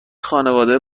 خونواده